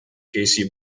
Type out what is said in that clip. casey